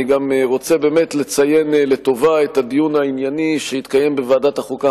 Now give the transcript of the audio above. אני רוצה לציין לטובה את הדיון הענייני שהתקיים בוועדת החוקה,